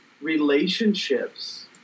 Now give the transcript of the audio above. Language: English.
relationships